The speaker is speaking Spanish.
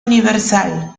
universal